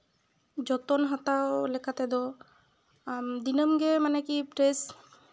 ᱡᱚᱛᱚᱱ ᱦᱟᱛᱟᱣ ᱞᱮᱠᱟ ᱛᱮᱫᱚ ᱫᱤᱱᱟᱹᱢᱠᱤ ᱢᱟᱱᱮ ᱠᱤ ᱯᱷᱨᱮᱥ